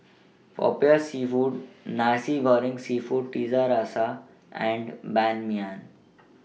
Popiah Seafood Nasi Goreng Seafood Tiga Rasa and Ban Mian